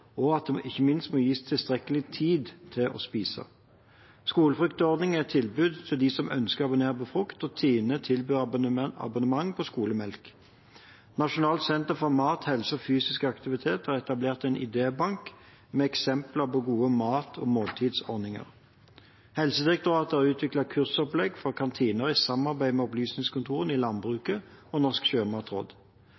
og at en ikke minst må gis tilstrekkelig tid til å spise. Skolefruktordningen er et tilbud til dem som ønsker å abonnere på frukt, og TINE tilbyr abonnement på skolemelk. Nasjonalt senter for mat, helse og fysisk aktivitet har etablert en idébank med eksempler på gode mat- og måltidsordninger, og Helsedirektoratet har utviklet et kursopplegg for kantiner i samarbeid med Opplysningskontorene i